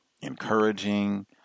encouraging